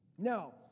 Now